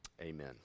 amen